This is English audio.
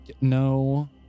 no